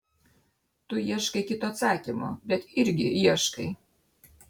tu ieškai kito atsakymo bet irgi ieškai